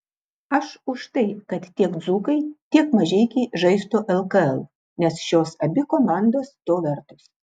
aš už tai kad tiek dzūkai tiek mažeikiai žaistų lkl nes šios abi komandos to vertos